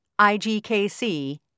IgKC